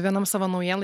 vienam savo naujienlai